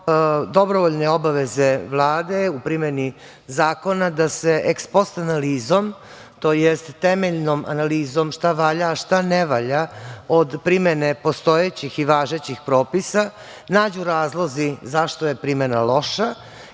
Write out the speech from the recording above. dobrovoljne obaveze Vlade u primeni zakona, da se eks-spost analizom, tj. temeljnom analizom šta valja, a šta ne valja, od primene postojećih i važećih propisa, nađu razlozi zašto je primena loša,